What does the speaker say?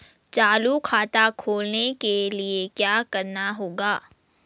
चालू खाता खोलने के लिए क्या करना होगा?